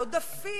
עודפים,